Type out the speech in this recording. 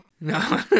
No